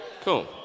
cool